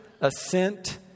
assent